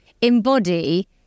embody